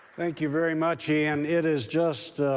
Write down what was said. thank you very much, ian. it is just